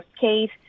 Case